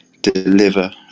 deliver